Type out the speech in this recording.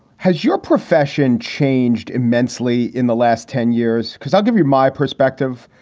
has your profession changed immensely in the last ten years? because i'll give you my perspective,